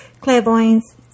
clairvoyants